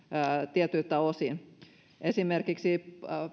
tietyiltä osin esimerkiksi